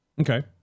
Okay